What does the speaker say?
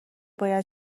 باید